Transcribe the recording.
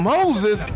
Moses